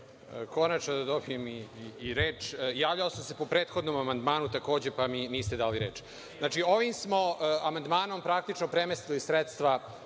Konačno da dobijem reč. Javljao sam se i po prethodnom amandmanu, takođe, pa mi niste dali reč. Ovim smo amandmanom praktično premestili sredstva